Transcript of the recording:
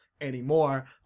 anymore